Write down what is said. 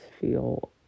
feel